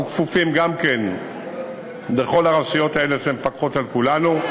אנחנו כפופים גם כן לכל הרשויות האלה שמפקחות על כולנו,